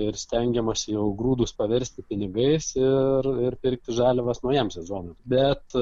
ir stengiamasi jau grūdus paversti pinigais ir ir pirkti žaliavas naujam sezonui bet